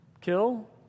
kill